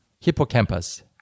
Hippocampus